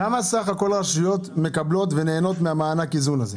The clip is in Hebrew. כמה רשויות מקבלות ונהנות ממענק האיזון הזה?